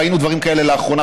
ראינו דברים כאלה לאחרונה,